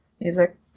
music